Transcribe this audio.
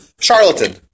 charlatan